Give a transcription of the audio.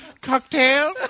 Cocktail